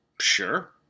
Sure